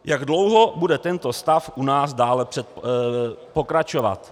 Jak dlouho bude tento stav u nás dále pokračovat?